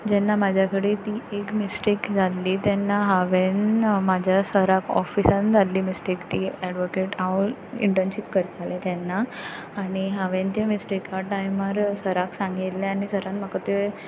जेन्ना म्हज्या कडे ती एक मिस्टेक जाल्ली तेन्ना हांवेन म्हाज्या सराक ऑफिसान जाल्ली मिस्टेक ती एडवोकेट हांव इंटनशीप करतालें तेन्ना आनी हांवें ती मिस्टेका टायमार सराक सांगिल्लें आनी सरान म्हाका ते